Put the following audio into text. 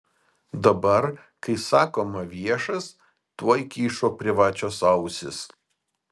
dabar kai sakoma viešas tuoj kyšo privačios ausys